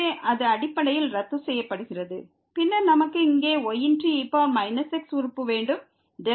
எனவே அது அடிப்படையில் ரத்து செய்யப்படுகிறது பின்னர் நமக்கு இங்கே y e x உறுப்பு வேண்டும்